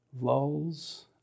lulls